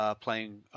playing